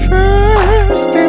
First